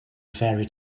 fairy